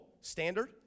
standard